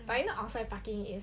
but you know outside parking is